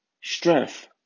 strength